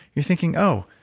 you're thinking, oh,